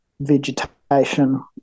vegetation